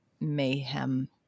mayhem